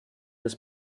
des